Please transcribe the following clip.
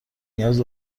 نیاز